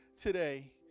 today